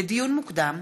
לדיון מוקדם: